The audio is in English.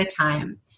time